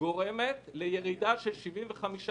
תשע לכפר ורדים לא מחמיא